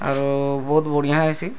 ଆରୁ ବହୁତ ବଢ଼ିଆ ହେସି